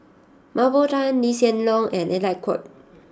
Mah Bow Tan Lee Hsien Loong and Alec Kuok